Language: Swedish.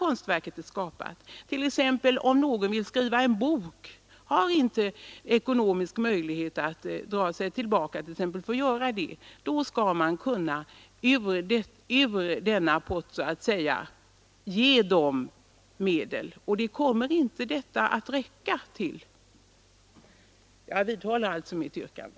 På samma sätt bör den författare som vill dra sig tillbaka för att skriva en bok men inte har ekonomiska möjligheter därtill kunna få medel ur detta anslag. Men det räcker inte pengarna till för. Jag vidhåller mitt tidigare yrkande.